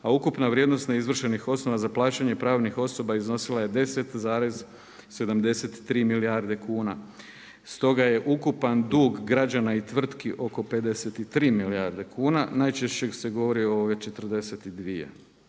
a ukupna vrijednost ne izvršenih osnova za plaćanje pravnih osoba iznosila je 10,73 milijarde kuna. Stoga je ukupan dug građana i tvrtki oko 53 milijarde kuna. Najčešće se govori o 42.